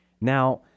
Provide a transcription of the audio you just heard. Now